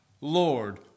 Lord